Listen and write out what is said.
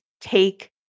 take